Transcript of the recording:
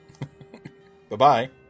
Bye-bye